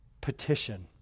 petition